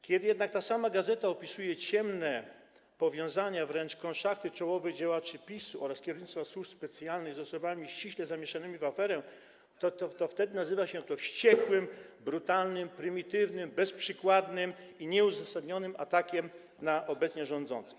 Kiedy jednak ta sama gazeta opisuje ciemne powiązania, wręcz konszachty czołowych działaczy PiS-u oraz kierownictwa służb specjalnych z osobami ściśle zamieszanymi w aferę, to wtedy nazywa się to wściekłym, brutalnym, prymitywnym, bezprzykładnym i nieuzasadnionym atakiem na obecnie rządzących.